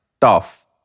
tough